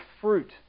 fruit